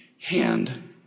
hand